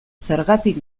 zergatik